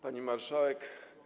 Pani Marszałek!